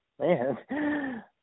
Man